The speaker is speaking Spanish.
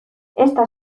esta